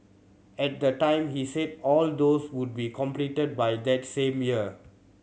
at the time he said all those would be completed by that same year